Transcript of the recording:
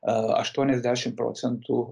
a aštuoniasdešitm procentų